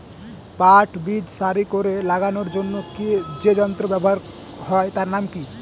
পাট বীজ সারি করে লাগানোর জন্য যে যন্ত্র ব্যবহার হয় তার নাম কি?